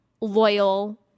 loyal